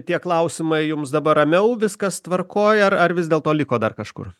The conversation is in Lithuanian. tie klausimai jums dabar ramiau viskas tvarkoj ar ar vis dėlto liko dar kažkur